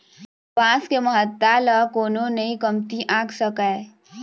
बांस के महत्ता ल कोनो नइ कमती आंक सकय